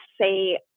say